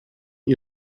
you